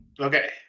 Okay